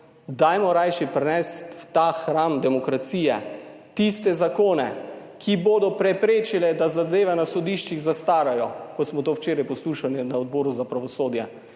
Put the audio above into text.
dajmo rajši prinesti ta hram demokracije, tiste zakone, ki bodo preprečile, da zadeve na sodiščih zastarajo, kot smo to včeraj poslušali na Odboru za pravosodje.